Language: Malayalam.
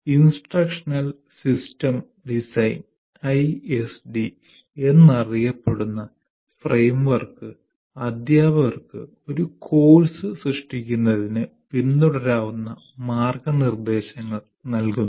ഇൻസ്ട്രക്ഷണൽ സിസ്റ്റം ഡിസൈൻ ഐഎസ്ഡി എന്നറിയപ്പെടുന്ന ഫ്രെയിംവർക്ക് അധ്യാപകർക്ക് ഒരു കോഴ്സ് സൃഷ്ടിക്കുന്നതിന് പിന്തുടരാവുന്ന മാർഗ്ഗനിർദ്ദേശങ്ങൾ നൽകുന്നു